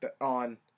on